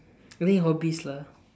any hobbies lah